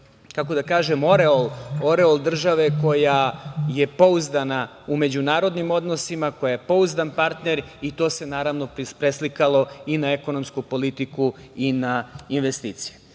jedan oreol države koja je pouzdana u međunarodnim odnosima, koja je pouzdan partner i to se naravno preslikalo i na ekonomsku politiku i na investicije. Završiću